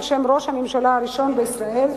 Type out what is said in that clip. על שם ראש הממשלה הראשון בישראל,